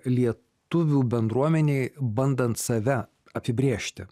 lietuvių bendruomenei bandant save apibrėžti